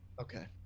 Okay